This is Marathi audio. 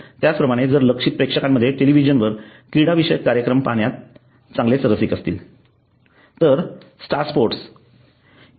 त्याचप्रमाणे जर लक्ष्यित प्रेक्षकांमध्ये टेलिव्हिजनवर क्रीडा विषयक कार्यक्रम पाहण्यात चांगलेच रसिक असतील तर स्टार स्पोर्ट ई